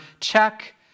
Check